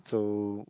so